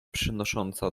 przynosząca